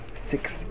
six